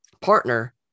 partner